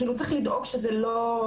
צריך לדאוג שזה לא,